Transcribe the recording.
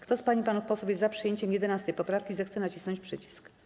Kto z pań panów posłów jest za przyjęciem 11. poprawki, zechce nacisnąć przycisk.